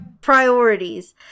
priorities